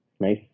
Nice